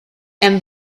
and